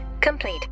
complete